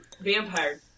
vampire